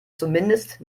zumindest